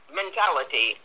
mentality